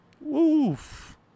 Woof